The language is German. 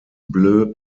bleu